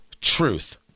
truth